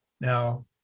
Now